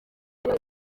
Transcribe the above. ariwe